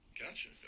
Gotcha